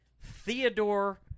Theodore